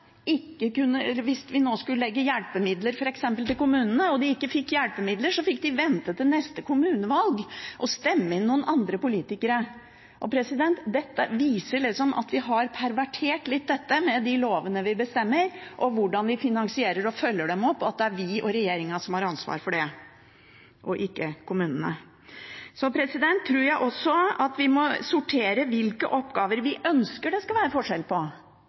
hvis vi nå skulle legge hjelpemidler f.eks. under kommunene, og funksjonshemmede ikke fikk hjelpemidler, så fikk de vente til neste kommunevalg og stemme inn noen andre politikere! Dette viser at vi har pervertert dette litt med de lovene vi bestemmer, og hvordan vi finansierer og følger dem opp, og at det er vi og regjeringa som har ansvar for det, og ikke kommunene. Så tror jeg også at vi må sortere hvilke oppgaver vi ønsker det ikke skal være forskjell på,